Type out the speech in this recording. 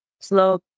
Slow